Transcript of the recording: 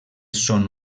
són